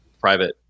private